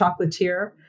chocolatier